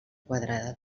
quadrada